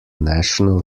national